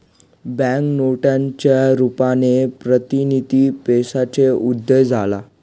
bank नोटांच्या रुपाने प्रतिनिधी पैशाचा उदय झाला